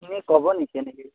আপুনি ক'ব নেকি এনেই